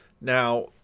Now